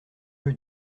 rue